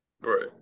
Right